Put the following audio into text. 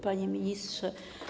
Panie Ministrze!